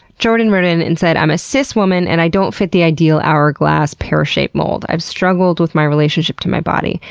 jordan wrote in and said, i'm a cis woman and i don't fit the ideal, hourglass, pear-shape mold. i've struggled with my relationship to my body.